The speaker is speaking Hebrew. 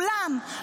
כולם.